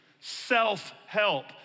Self-help